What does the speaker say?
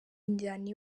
injyana